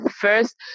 First